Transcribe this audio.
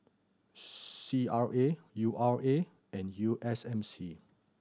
C R A U R A and U S M C